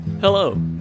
Hello